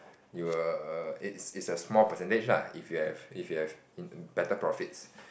you will it's it's a small percentage lah if you have if you have better profits